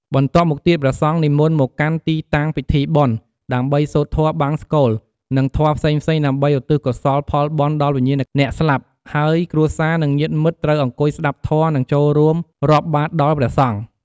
បន្ទាប់់មកទៀត ព្រះសង្ឃនិមន្តមកកាន់ទីតាំងពិធីបុណ្យ ដើម្បីសូត្រធម៌បង្សុកូល និងធម៌ផ្សេងៗដើម្បីឧទ្ទិសកុសលផលបុណ្យដល់វិញ្ញាណអ្នកស្លាប់ហើយគ្រួសារ និងញាតិមិត្តត្រូវអង្គុយស្តាប់ធម៌ និងចូលរួមរាប់បាត្រដល់ព្រះសង្ឃ។